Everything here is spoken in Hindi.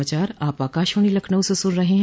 यह समाचार आप आकाशवाणी लखनऊ से सुन रहे हैं